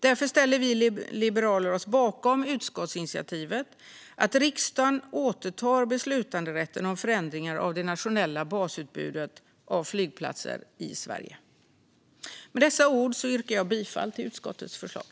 Därför ställer vi liberaler oss bakom utskottsinitiativet om att riksdagen ska återta beslutanderätten i fråga om förändringar av det nationella basutbudet av flygplatser i Sverige. Med dessa ord yrkar jag bifall till utskottets förslag.